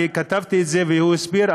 אני כתבתי את זה והוא הסביר,